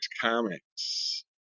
Comics